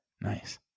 Nice